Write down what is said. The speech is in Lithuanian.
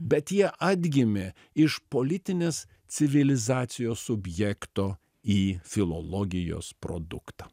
bet jie atgimė iš politinės civilizacijos subjekto į filologijos produktą